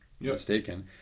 mistaken